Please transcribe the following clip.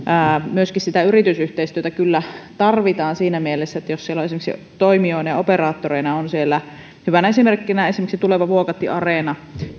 myöskin sitä yritysyhteistyötä kyllä tarvitaan siinä mielessä jos siellä on niitä esimerkiksi toimijoina ja operaattoreina hyvänä esimerkkinä on tuleva vuokatti areena